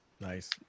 nice